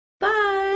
Bye